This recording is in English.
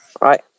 Right